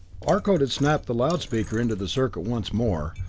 arcot had snapped the loud speaker into the circuit once more,